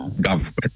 government